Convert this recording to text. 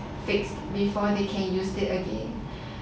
fixed before they can use it again